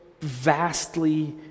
vastly